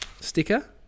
sticker